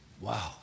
Wow